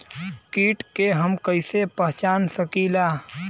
कीट के हम कईसे पहचान सकीला